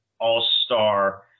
all-star